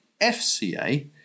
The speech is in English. FCA